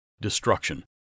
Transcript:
destruction